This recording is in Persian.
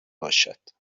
باشد